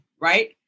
right